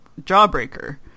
jawbreaker